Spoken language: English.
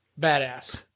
Badass